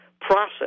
process